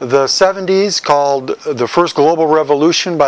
the seventy's called the first global revolution by